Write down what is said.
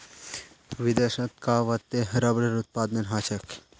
विदेशत कां वत्ते रबरेर उत्पादन ह छेक